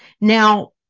Now